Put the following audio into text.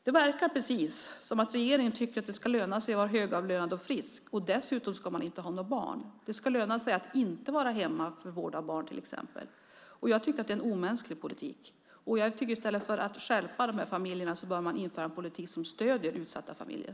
Det verkar precis som om regeringen tycker att det ska löna sig att vara högavlönad och frisk, och dessutom ska man inte ha några barn. Det ska till exempel löna sig att inte vara hemma för vård av barn. Jag tycker att det är en omänsklig politik. I stället för att skärpa reglerna för dessa familjer bör man införa en politik som stöder utsatta familjer.